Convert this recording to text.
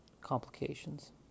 complications